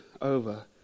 over